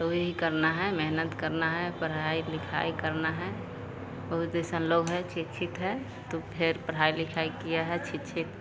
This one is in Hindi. तो इहि करना है मेहनत करना है पढ़ाई लिखाई करना है ऊ जईसन लोग है शिक्षित है तो फ़िर पढ़ाई लिखाई किया है शिक्षित